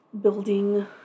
building